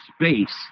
space